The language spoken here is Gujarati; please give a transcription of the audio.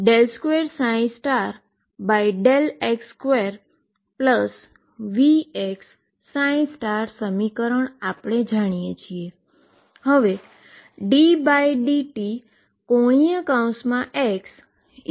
હવે iℏ∂ψ∂t 22m2x2Vx અને iℏ∂t 22m2x2Vx સમીકરણ આપણે જાણીએ છીએ